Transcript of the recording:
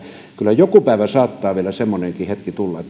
kyllä joku päivä saattaa vielä semmoinenkin hetki tulla että